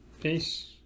peace